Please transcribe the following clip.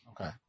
Okay